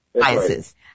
biases